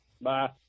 Bye